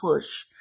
push